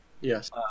Yes